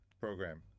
program